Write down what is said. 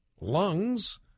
lungs